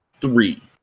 three